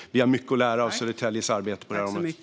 Vi har mycket att lära av Södertäljes arbete på detta område.